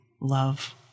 love